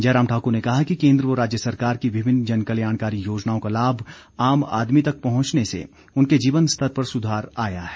जयराम ठाकुर ने कहा कि केन्द्र व राज्य सरकार की विभिन्न जनकल्याणकारी योजनाओं का लाभ आम आदमी तक पहुंचने से उनके जीवन स्तर पर सुधार आया है